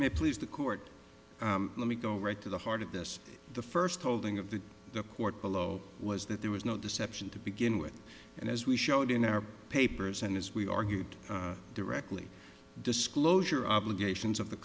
curate please the court let me go right to the heart of this the first holding of the court below was that there was no deception to begin with and as we showed in our papers and as we argued directly disclosure obligations of the